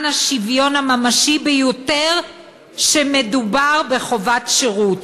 השוויון הממשי ביותר כשמדובר בחובת השירות,